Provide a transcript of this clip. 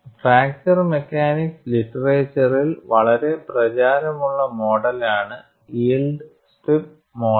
fracture mechanics ലിറ്ററേച്ചറിൽ വളരെ പ്രചാരമുള്ള മോഡലാണ് യീൽഡ് സ്ട്രിപ്പ് മോഡൽ